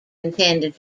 intended